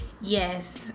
Yes